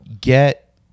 Get